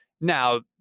Now